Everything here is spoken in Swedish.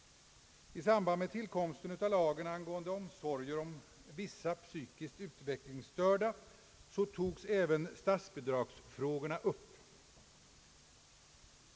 I samband med tillkomsten av lagen angående omsorger om vissa psykiskt utvecklingsstörda togs även statsbidragsfrågorna upp.